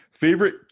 Favorite